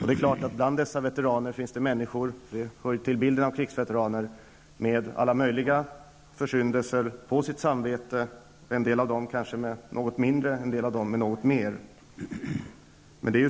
Det är klart att bland de veteraner som deltar finns det människor -- det hör till bilden av krigsveteraner -- med alla möjliga försyndelser på sitt samvete, en del kanske något mindre allvarliga, en del mera allvarliga.